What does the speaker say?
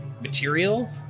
material